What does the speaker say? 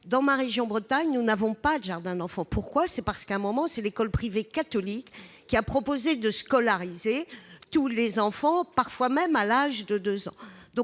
ans. En Bretagne, nous n'avons pas de jardins d'enfants, parce que c'est l'école privée catholique qui a proposé de scolariser tous les enfants, parfois même à l'âge de 2 ans.